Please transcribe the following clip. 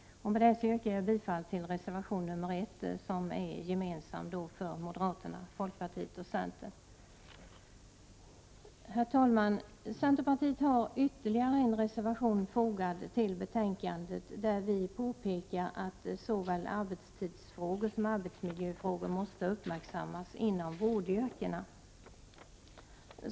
Därmed yrkar jag bifall till reservation nr 1 som är gemensam för moderaterna, folkpartiet och centern. Herr talman! Centerpartiet har ytterligare en reservation fogad till betänkandet, där vi påpekar att såväl arbetstidsfrågor som arbetsmiljöfrågor måste uppmärksammas inom vårdyrkena.